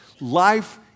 Life